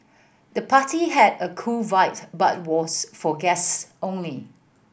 the party had a cool vibe but was for guests only